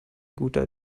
guter